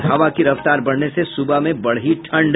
और हवा की रफ्तार बढ़ने से सुबह में बढ़ी ठंड